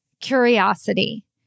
Curiosity